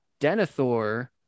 Denethor